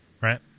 right